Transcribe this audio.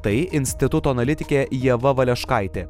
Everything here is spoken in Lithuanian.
tai instituto analitikė ieva valeškaitė